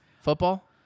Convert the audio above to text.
football